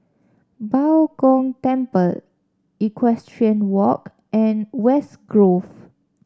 Bao Gong Temple Equestrian Walk and West Grove